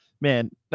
man